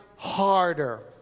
harder